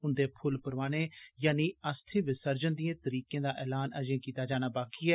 उन्दे फुल्ल परोआने यानि अस्थि विर्सजन दिएं तरीकें दा एलान अजें कीत्ता जाना वाकी ऐ